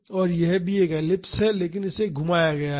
तो यह भी एक एलिप्स है लेकिन इसे घुमाया गया है